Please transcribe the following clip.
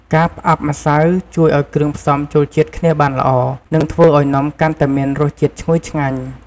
ការផ្អាប់ម្សៅជួយឱ្យគ្រឿងផ្សំចូលជាតិគ្នាបានល្អ និងធ្វើឱ្យនំកាន់តែមានរសជាតិឈ្ងុយឆ្ងាញ់។